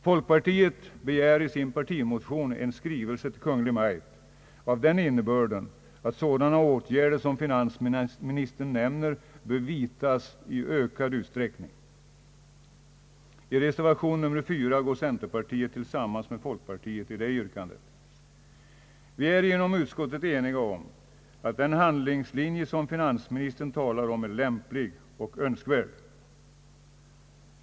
Folkpartiet begär i sin partimotion en skrivelse till Kungl. Maj:t av den innebörden att sådana åtgärder som finansministern nämner bör vidtas i ökad utsträckning. I reservation 4 går centerpartiet tillsammans med folkpartiet om det yrkandet. Vi är i utskottet eniga om att den handlingslinje som finansministern drar upp är lämplig och önskvärd.